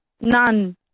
none